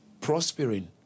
prospering